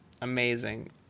Amazing